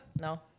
No